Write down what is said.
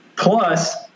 Plus